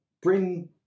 bring